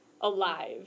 alive